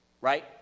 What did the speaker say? right